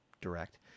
direct